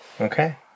Okay